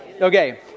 Okay